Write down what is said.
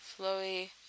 flowy